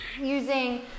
using